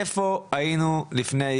איפה היינו לפני?